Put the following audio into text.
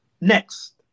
next